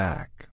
Back